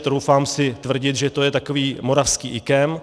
Troufám si tvrdit, že to je takový moravský IKEM.